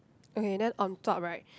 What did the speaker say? okay then on top right